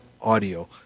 audio